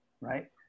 right